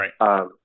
right